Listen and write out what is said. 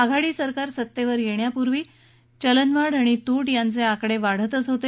आघाडी सरकार येण्यापूर्वी चलनवाढ आणि तूट यांचे आकडे वाढतच होते